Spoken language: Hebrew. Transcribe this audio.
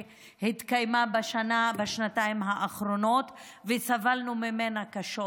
שהתקיימה בשנה-שנתיים האחרונות וסבלנו ממנה קשות.